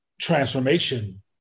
transformation